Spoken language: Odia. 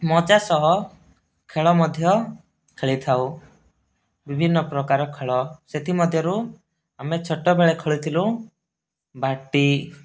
ମଜା ସହ ଖେଳ ମଧ୍ୟ ଖେଳିଥାଉ ବିଭିନ୍ନ ପ୍ରକାର ଖେଳ ସେଥିମଧ୍ୟରୁ ଆମେ ଛୋଟବେଳେ ଖେଳିଥିଲୁ ବାଟି